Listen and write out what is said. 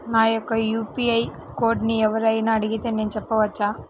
నా యొక్క యూ.పీ.ఐ కోడ్ని ఎవరు అయినా అడిగితే నేను చెప్పవచ్చా?